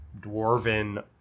dwarven